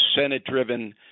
Senate-driven